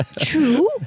true